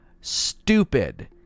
stupid